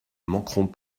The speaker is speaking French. manqueront